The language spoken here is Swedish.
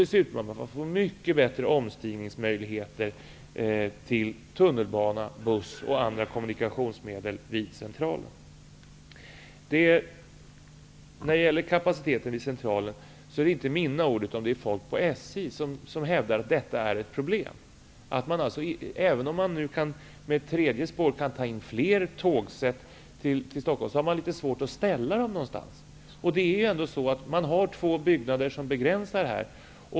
Därtill blir det mycket bättre omstigningsmöjligheter till tunnelbana, buss och andra kommunikationsmedel vid Centralen. Det är inte jag, utan det är folk på SJ som hävdar att kapaciteten vid Centralen är ett problem. Även om man med ett tredje spår kan ta in fler tågsätt till Stockholm, har man litet svårt att ställa dem någonstans. Det finns två byggnader här som utgör en begränsning.